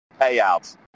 payouts